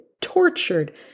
tortured